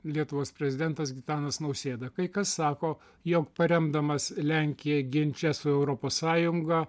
lietuvos prezidentas gitanas nausėda kai kas sako jog paremdamas lenkiją ginče su europos sąjunga